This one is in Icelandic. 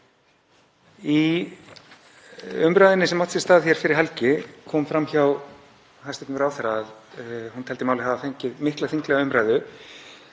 Í umræðunni sem átti sér stað hér fyrir helgi kom fram hjá hæstv. ráðherra að hún teldi málið hafa fengið mikla þinglega umræðu